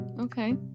Okay